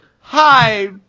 Hi